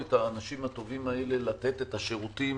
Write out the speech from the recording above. את האנשים הטובים האלה לתת את השירותים,